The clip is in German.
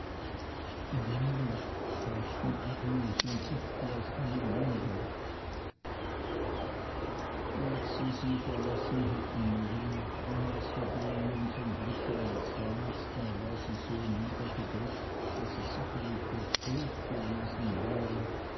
und emly fragten agnes und ich wie aus einem munde als sie sie verlassen hatten maam und masr davy unsern blicken entschwand da war sie so niedergedrückt daß es sicherlich ihr tod gewesen wäre